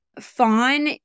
Fawn